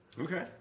Okay